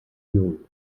lluny